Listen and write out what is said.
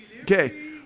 Okay